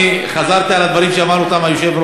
אני חזרתי על הדברים שאמר היושב-ראש,